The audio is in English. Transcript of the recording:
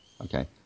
Okay